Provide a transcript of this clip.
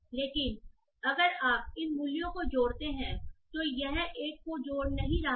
लेकिन अगर आप इन मूल्यों को जोड़ते हैं तो यह एक को जोड़ नहीं रहा है